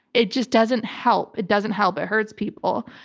it just doesn't help. it doesn't help, it hurts people.